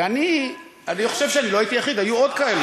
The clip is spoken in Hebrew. ואני חושב שאני לא הייתי יחיד, היו עוד כאלה.